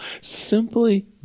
Simply